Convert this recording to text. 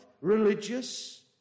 religious